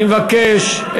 אני מבקש,